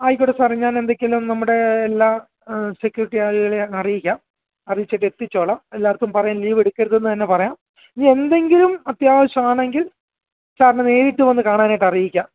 ആയിക്കോട്ടെ സാറെ ഞാൻ എന്തെങ്കിലും നമ്മുടെ എല്ലാ സെക്യൂരിറ്റി ആളുകളെയും ഞാൻ അറിയിക്കാം അറിയിച്ചിട്ട് എത്തിച്ചോളാം എല്ലാവരുടെ അടുത്തും പറയാം ലീവ് എടുക്കരുതെന്നു തന്നെ പറയാം ഇനി എന്തെങ്കിലും അത്യാവശ്യമാണെങ്കിൽ സാറിനെ നേരിട്ടു വന്നു കാണാനായിട്ട് അറിയിക്കാം